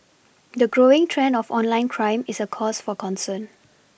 the growing trend of online crime is a cause for concern